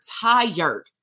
tired